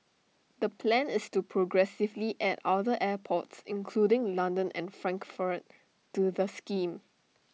the plan is to progressively add other airports including London and Frankfurt to the scheme